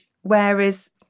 whereas